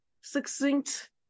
succinct